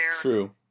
True